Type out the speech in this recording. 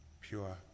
pure